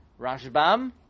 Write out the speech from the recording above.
Rashbam